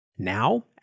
Now